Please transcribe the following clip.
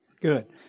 Good